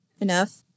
enough